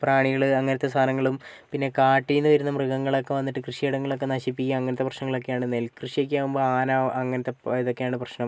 പ്രാണികൾ അങ്ങനത്തെ സാധനങ്ങളും പിന്നെ കാട്ടീന്ന് വരുന്ന മൃഗങ്ങളൊക്കെ വന്നിട്ട് കൃഷിയിടങ്ങളൊക്കെ നശിപ്പിക്കും അങ്ങനത്തെ പ്രശ്നങ്ങളൊക്കെയാണ് നെൽകൃഷി ഒക്കെയാകുമ്പോൾ ആന അങ്ങനത്തെ ഇതൊക്കെയാണ് പ്രശ്നം